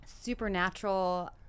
supernatural